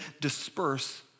disperse